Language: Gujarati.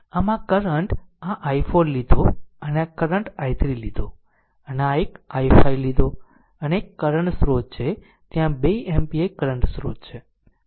આમ આ કરંટ આ i4 લીધો અને આ કરંટ i3 લીધો અને આ એક i5 લીધો એક કરંટ સ્ત્રોત છે ત્યાં 2 એમ્પીયર કરંટ સ્રોત છે